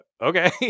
okay